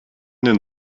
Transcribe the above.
den